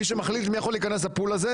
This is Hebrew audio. מי שמחליט מי יכול להיכנס ל- poolהזה.